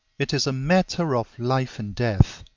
it is a matter of life and death,